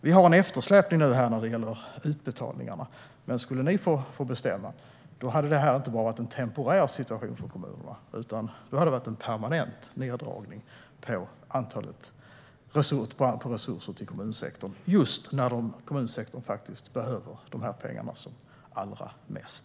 Vi har en eftersläpning när det gäller utbetalningarna. Men om ni skulle få bestämma hade detta inte varit en temporär situation för kommunerna. Det hade i stället varit en permanent neddragning av resurser till kommunsektorn, just när kommunsektorn behöver de här pengarna som allra mest.